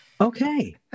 okay